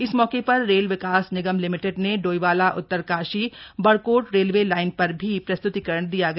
इस मौके पर रेल विकास निगम लिमिटिड ने डोईवाला उत्तरकाशी बड़कोड़ रेलवे लाइन पर भी प्रस्तुतीकरण दिया गया